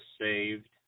saved